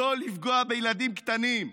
לא לפגוע בילדים קטנים.